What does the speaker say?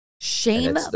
Shame